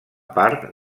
part